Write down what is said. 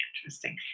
interesting